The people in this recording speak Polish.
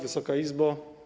Wysoka Izbo!